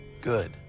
Good